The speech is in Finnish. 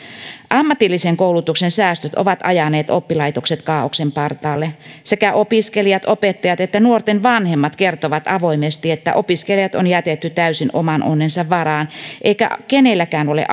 ammatillisen koulutuksen säästöt ovat ajaneet oppilaitokset kaaoksen partaalle sekä opiskelijat opettaja että nuorten vanhemmat kertovat avoimesti että opiskelijat on jätetty täysin oman onnensa varaan eikä kenelläkään ole